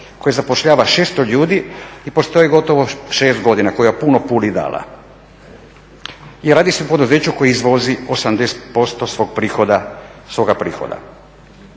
koje zapošljava 600 ljudi i postoji gotovo 6 godina, koja je puno Puli dala. I radi se o poduzeću koje izvozi 80% svoga prihoda.